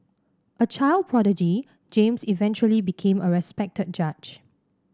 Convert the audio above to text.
a child prodigy James eventually became a respected judge